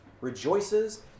rejoices